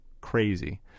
crazy